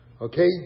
Okay